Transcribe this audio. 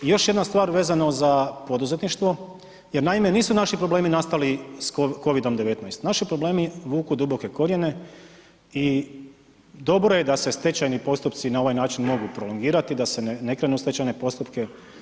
I još jedna stvar vezano za poduzetništvo, jer naime nisu naši problemi nastali s Covidom-19, naši problemi vuku duboke korijene i dobro je da se stečajni postupci na ovaj način mogu prolongirati, da se ne krene u stečajne postupke.